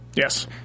Yes